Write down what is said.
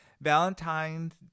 Valentine's